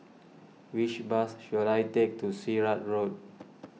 which bus should I take to Sirat Road